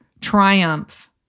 triumph